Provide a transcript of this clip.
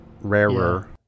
rarer